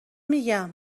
میگم